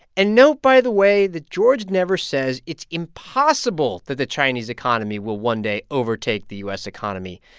and note, by the way, that george never says it's impossible that the chinese economy will one day overtake the u s. economy.